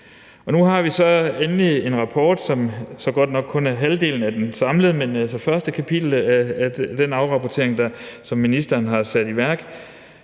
Nu har vi så endelig en rapport, som så kun er halvdelen af det samlede, men altså første kapitel af den afrapportering, som ministeren har sat i værk,